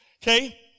Okay